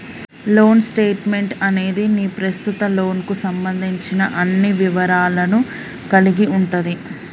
loan statement అనేది మీ ప్రస్తుత లోన్కు సంబంధించిన అన్ని వివరాలను కలిగి ఉంటది